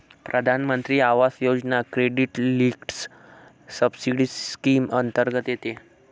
प्रधानमंत्री आवास योजना क्रेडिट लिंक्ड सबसिडी स्कीम अंतर्गत येते